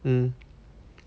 mm